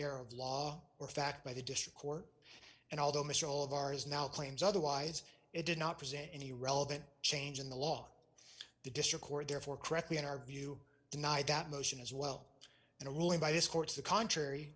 error of law or fact by the district court and although mr all of ours now claims otherwise it did not present any relevant change in the law the district court therefore correctly in our view denied that motion as well and a ruling by this court to the contrary